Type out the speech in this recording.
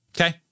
okay